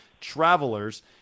Travelers